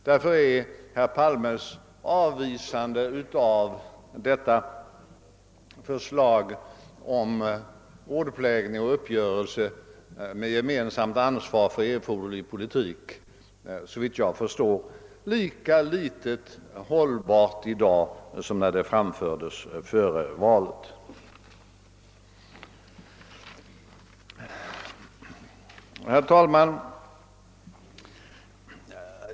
Därför är herr Palmes avvisande av förslaget om rådplägning och uppgörelse med gemensamt ansvar för erforderlig politik lika litet hållbart i dag som när det framfördes före valet. Herr talman!